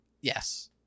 yes